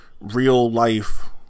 real-life